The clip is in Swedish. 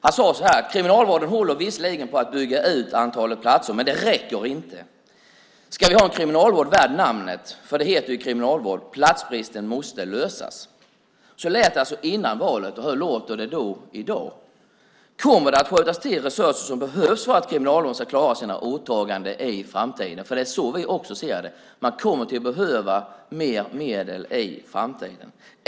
Han sade så här: Kriminalvården håller visserligen på att bygga ut antalet platser, men det räcker inte. Ska vi ha en kriminalvård värd namnet - för det heter ju kriminalvård - måste platsbristen lösas. Så lät det alltså före valet. Hur låter det då i dag? Kommer det att skjutas till resurser som behövs för att Kriminalvården ska klara sina åtaganden i framtiden? Det är så vi också ser det. Man kommer att behöva mer medel i framtiden.